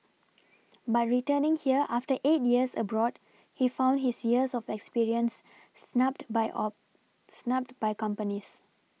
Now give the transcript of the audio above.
but returning here after eight years abroad he found his years of experience snubbed by snubbed by companies